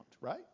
Right